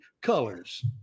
colors